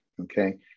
okay